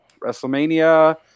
WrestleMania